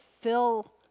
fill